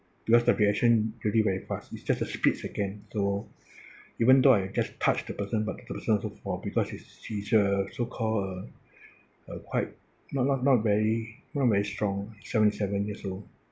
because the reaction really very fast it's just a split second so even though I just touch the person but the person also fall because he's he's uh so-called uh uh quite not not not very not very strong seventy seven years old